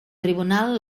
tribunal